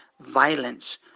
violence